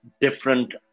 different